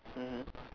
mmhmm